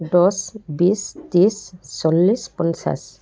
দহ বিছ ত্ৰিছ চল্লিছ পঞ্চাছ